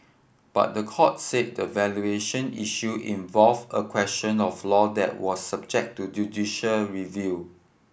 but the court said the valuation issue involved a question of law that was subject to judicial review